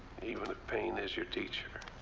even if pain is your teacher.